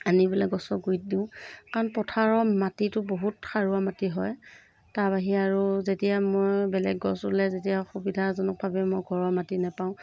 আনি পেলাই গছৰ গুৰিত দিওঁ কাৰণ পথাৰৰ মাটিটো বহুত সাৰুৱা মাটি হয় তাৰ বাহিৰে আৰু যেতিয়া মই বেলেগ গছ ৰুলে যেতিয়া সুবিধাজনকভাৱে মই ঘৰৰ মাটি নেপাওঁ